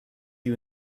you